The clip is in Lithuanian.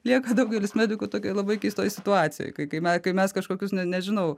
lieka daugelis medikų tokioj labai keistoj situacijoj kai me kai mes kažkokius nežinau